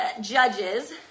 Judges